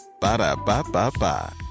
Ba-da-ba-ba-ba